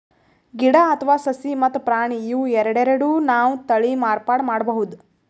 ಗಿಡ ಅಥವಾ ಸಸಿ ಮತ್ತ್ ಪ್ರಾಣಿ ಇವ್ ಎರಡೆರಡು ನಾವ್ ತಳಿ ಮಾರ್ಪಾಡ್ ಮಾಡಬಹುದ್